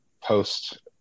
post